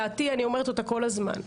דעתי, אני אומרת אותה כל הזמן.